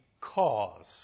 cause